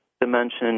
dimension